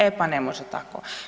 E, pa ne može tako.